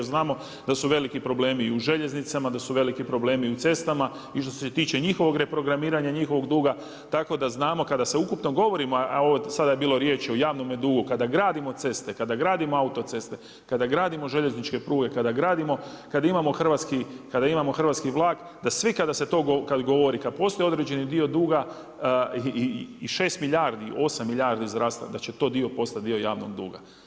Znamo da su veliki problemi i u željeznicama, da su veliki problemi u cestama i što se tiče njihovog reprogramiranja njihovog duga tako da znamo kada se ukupno govori, a sada je bilo riječi o javnome dugu, kada gradimo ceste, kada gradimo autoceste, kada gradimo željezničke pruge, kada gradimo, kada imamo hrvatski vlak da svi kada to govori kada postoji određeni dio duga i 6 milijardi, 8 milijardi zdravstva da će to postati dio javnoga duga.